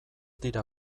dira